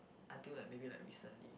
until like maybe like recently